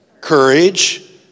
Courage